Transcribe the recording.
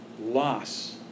loss